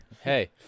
Hey